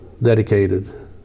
dedicated